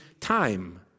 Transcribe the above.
time